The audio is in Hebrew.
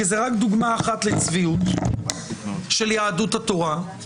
כי זו רק דוגמה אחת לצביעות של יהדות התורה,